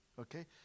okay